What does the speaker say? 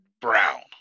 brown